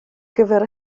gyfer